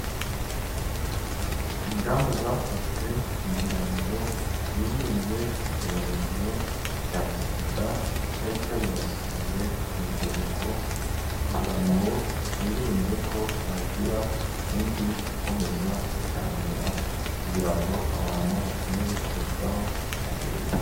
Ingamba zafashwe kugira ngo hirindwe icyorezo cya SIDA cyari cyaribasiye urubyiruko kugira ngo hirindwe ko hagira undi ukomeza kucyandura kugira ngo abantu bakomeze kurushaho kugira ubuzima.